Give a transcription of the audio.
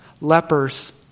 lepers